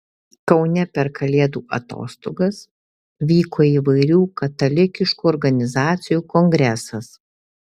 kaune per kalėdų atostogas vyko įvairių katalikiškų organizacijų kongresas